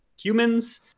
humans